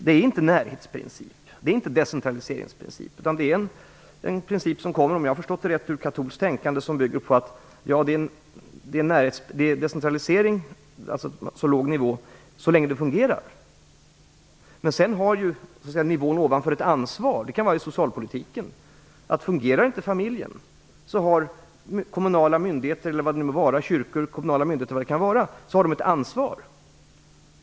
Det är inte en närhetsprincip eller decentraliseringsprincip, utan det är en princip som kommer ur katolskt tänkande, om jag har förstått det rätt. Den bygger på att det är decentralisering på låg nivå så länge det fungerar, sedan har nivån ovanför ett ansvar. Det kan t.ex. gälla socialpolitiken. Om familjen inte fungerar har nivån ovanför, t.ex. kommunala myndigheter eller kyrkor, ett ansvar.